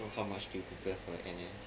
how much did you prepare for your N_S